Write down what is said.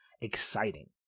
exciting